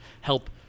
help